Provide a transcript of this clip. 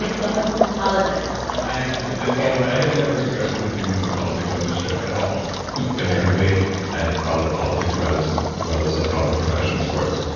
someone who's in politics i and i have never expressed an opinion about politics on this show at all and because frankly i follow politics about as well as i follow professional sports,